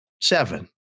seven